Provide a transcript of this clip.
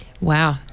Wow